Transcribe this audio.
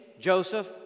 Joseph